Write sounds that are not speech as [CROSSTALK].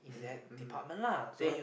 [LAUGHS] mm so have